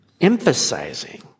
emphasizing